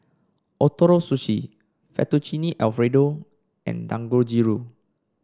Ootoro Sushi Fettuccine Alfredo and Dangojiru